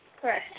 Correct